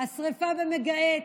השרפה במגהץ,